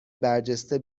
برجسته